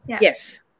Yes